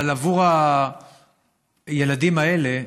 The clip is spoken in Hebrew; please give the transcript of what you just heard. אבל עבור הילדים האלה,